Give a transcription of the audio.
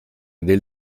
del